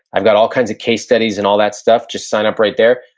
i've got all kinds of case studies and all that stuff. just sign up right there.